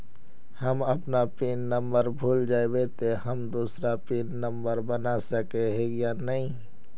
हम अपन pin number भूल जयबे ते हम दूसरा पिन नंबर बना सके है नय?